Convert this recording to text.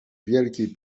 wielkiej